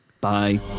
Bye